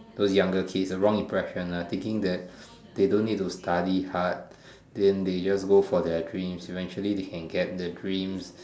those younger kids the wrong impression ah thinking that they don't need to study hard then they just go for their dreams eventually they can get their dreams